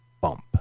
Bump